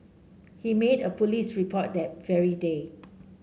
he made a police report that very day